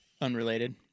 unrelated